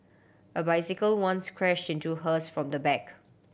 a bicycle once crashed into hers from the back